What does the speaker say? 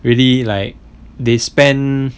really like they spend